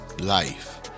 life